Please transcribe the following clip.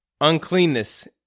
uncleanness